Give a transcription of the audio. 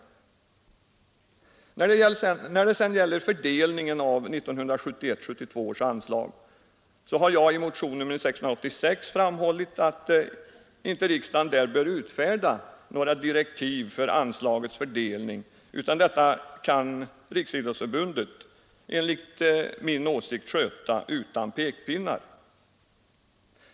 När det gäller fördelningen av 1971/72 års anslag har jag i motionen 686 framhållit att riksdagen inte bör utfärda några direktiv för anslagets fördelning. Denna kan enligt min åsikt Riksidrottsförbundet sköta utan pekpinnar.